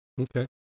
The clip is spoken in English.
Okay